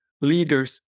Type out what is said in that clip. leaders